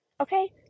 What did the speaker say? okay